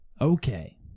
Okay